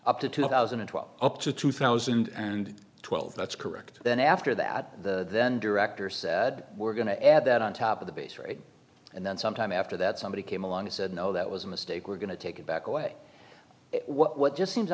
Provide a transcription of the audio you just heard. up to two thousand and twelve up to two thousand and twelve that's correct then after that the then director said we're going to add that on top of the base rate and then some time after that somebody came along and said no that was a mistake we're going to take it back away what just seems